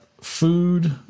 food